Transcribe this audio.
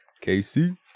Casey